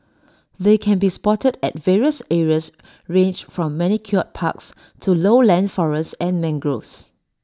they can be spotted at various areas ranged from manicured parks to lowland forests and mangroves